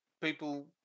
people